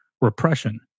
repression